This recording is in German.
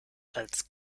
als